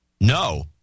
No